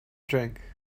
drink